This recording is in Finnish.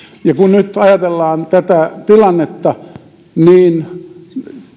ja kun nyt ajatellaan tätä tilannetta niin